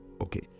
Okay